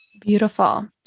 Beautiful